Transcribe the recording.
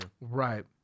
right